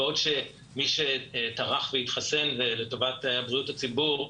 בעוד שמי שטרח והתחסן לטובת בריאות הציבור,